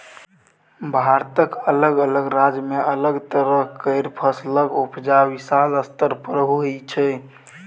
भारतक अलग अलग राज्य में अलग तरह केर फसलक उपजा विशाल स्तर पर होइ छै